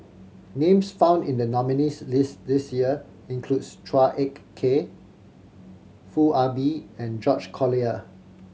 names found in the nominees' list this year include Chua Ek Kay Foo Ah Bee and George Collyer